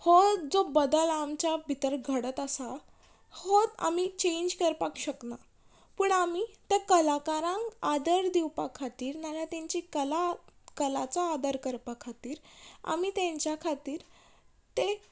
हो जो बदल आमच्या भितर घडत आसा हो आमी चेंज करपाक शकना पूण आमी त्या कलाकारांक आदर दिवपा खातीर नाल्या तेंची कला कलाचो आदर करपा खातीर आमी तांच्या खातीर ते